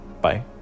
bye